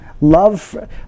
Love